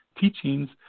teachings